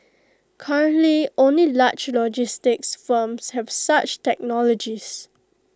currently only large logistics firms have such technologies